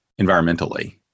environmentally